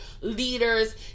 leaders